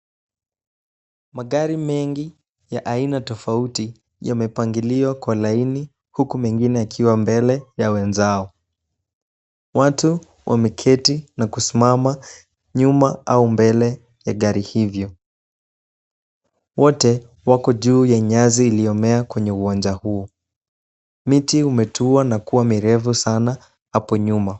Magari mengi ya aina tofauti, yamepangiliwa kwa laini huku mengine yakiwa mbele ya wenzao. Watu wameketi na kusimama nyuma au mbele ya gari hivyo. Wote wako juu ya nyasi iliyomea kwenye uwanja huo. Miti umetua na kuwa mirefu sana hapo nyuma.